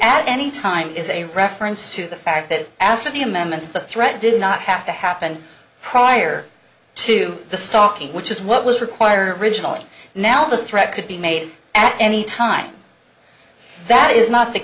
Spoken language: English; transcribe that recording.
at any time is a reference to the fact that after the amendments the threat did not have to happen prior to the stalking which is what was required originally now the threat could be made at any time that is not the